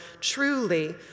truly